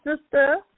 sister